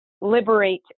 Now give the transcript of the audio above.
liberate